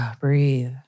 breathe